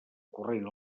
corrent